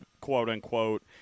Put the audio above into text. quote-unquote